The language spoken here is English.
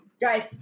Guys